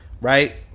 right